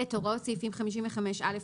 (ב)הוראות סעיפים 55א5,